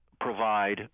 provide